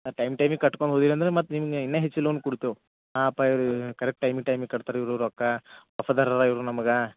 ಮತ್ತು ಟೈಮ್ ಟೈಮಿಗೆ ಕಟ್ಕೊಂಡು ಹೋದ್ರಿ ಅಂದರೆ ಮತ್ತು ನಿಮ್ಗ ಇನ್ನಿ ಹೆಚ್ಚಿ ಲೋನ್ ಕೊಡ್ತೆವು ಆ ಪೈರ್ ಕರೆಕ್ಟ್ ಟೈಮಿ ಟೈಮಿಗೆ ಕಟ್ತಾರೆ ಇವರು ರೊಕ್ಕ ಹೊಸದಾರ ಇವರು ನಮ್ಗ